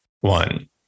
one